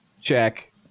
check